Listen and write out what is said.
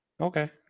Okay